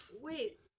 Wait